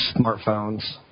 smartphones